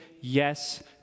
yes